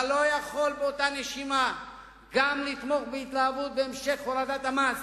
אתה לא יכול באותה נשימה גם לתמוך בהתלהבות בהמשך הורדת המס